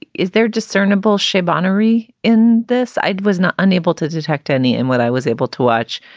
is there discernable shape honoree in this? i was not unable to detect any in what i was able to watch,